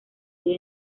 hoy